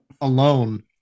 alone